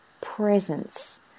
presence